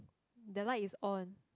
the light is on